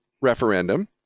referendum